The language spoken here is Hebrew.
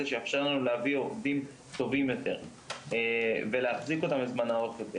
שיאפשר לנו להביא עובדים טובים יותר ולהחזיק אותם לזמן ארוך יותר